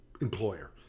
employer